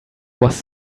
was